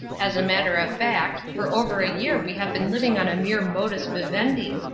as a matter of fact, for over a year we have been living on a mere modus vivendi.